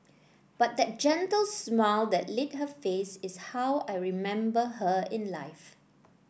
but that gentle smile that lit her face is how I remember her in life